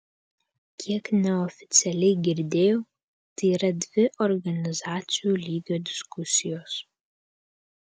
kiek neoficialiai girdėjau tai yra dvi organizacijų lygio diskusijos